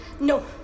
No